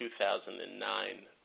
2009